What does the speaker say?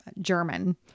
German